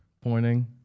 pointing